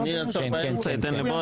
אני אעצור באמצע, אתן לבועז.